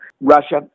Russia